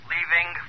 Leaving